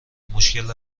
مشکل